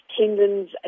tendons